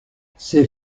ces